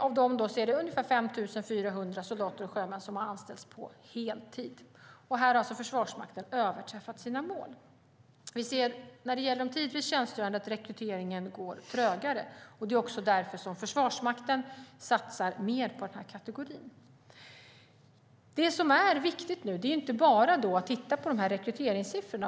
Av dem är det ungefär 5 400 soldater och sjömän som har anställts på heltid. Här har alltså Försvarsmakten överträffat sina mål. När det gäller de tidvis tjänstgörande ser vi att rekryteringen går trögare. Det är också därför som Försvarsmakten satsar mer på den här kategorin. Det som är viktigt nu är inte bara att titta på rekryteringssiffrorna.